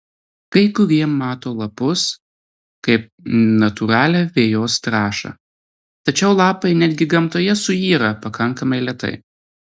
kai kurie mato lapus kaip natūralią vejos trąšą tačiau lapai netgi gamtoje suyra pakankamai lėtai